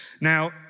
Now